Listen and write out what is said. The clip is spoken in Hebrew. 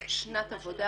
שנת עבודה,